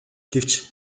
гэвч